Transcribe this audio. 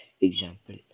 Example